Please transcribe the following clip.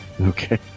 Okay